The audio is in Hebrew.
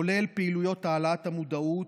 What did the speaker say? כולל פעילויות העלאת המודעות,